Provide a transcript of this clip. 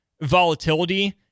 volatility